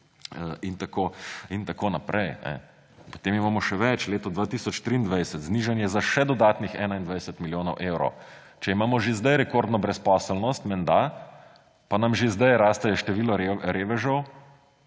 in tako naprej. Potem imamo še več, leto 2023, znižanje za še dodatnih 21 milijonov evrov. Če imamo že zdaj menda rekordno brezposelnost pa nam že zdaj raste število revežev,